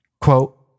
quote